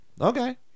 okay